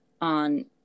on